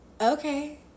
okay